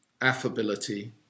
affability